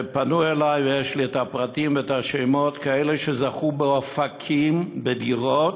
ויש לי הפרטים והשמות, כאלה שזכו באופקים בדירות,